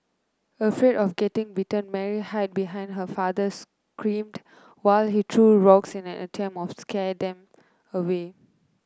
afraid of getting bitten Mary hid behind her father screamed while he threw rocks in an attempt of scare them away